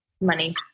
money